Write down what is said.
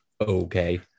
okay